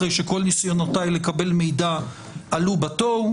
אחרי שכל ניסיונותיי לקבל מידע עלו בתוהו.